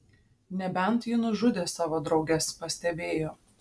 nebent ji nužudė savo drauges pastebėjo